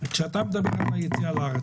כשאתה מדבר על יציאה מן הארץ,